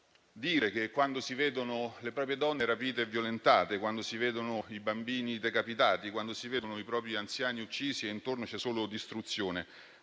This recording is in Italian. dire, quando si vedono le proprie donne rapite e violentate, quando si vedono i bambini decapitati, quando si vedono i propri anziani uccisi e intorno solo distruzione,